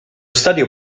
stadio